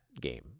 game